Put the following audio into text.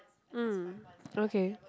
mm okay